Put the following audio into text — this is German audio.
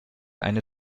eine